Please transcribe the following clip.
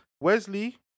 Wesley